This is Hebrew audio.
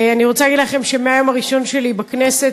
אני רוצה להגיד לכם שמהיום הראשון שלי בכנסת,